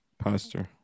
Pastor